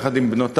יחד עם בנותי,